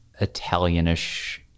Italianish